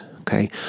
Okay